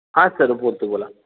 हां सर बोलतो बोला